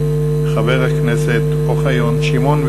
חבר הכנסת אוחיון שמעון.